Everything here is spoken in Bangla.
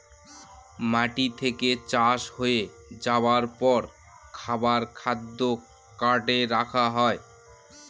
মাটি থেকে চাষ হয়ে যাবার পর খাবার খাদ্য কার্টে রাখা হয়